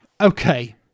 okay